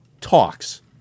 Talks